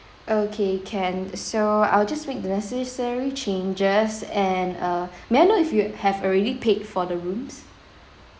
okay can so I'll just make the necessary changes and uh may I know if you have already paid for the rooms